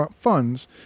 funds